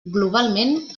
globalment